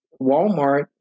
Walmart